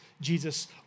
Jesus